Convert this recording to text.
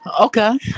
Okay